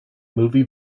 movie